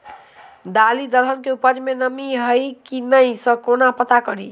दालि दलहन केँ उपज मे नमी हय की नै सँ केना पत्ता कड़ी?